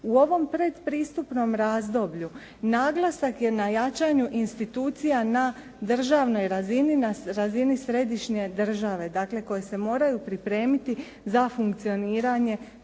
U ovom predpristupnom razdoblju naglasak je na jačanju institucija na državnoj razini, na razini središnje države. Dakle, koje se moraju pripremiti za funkcioniranje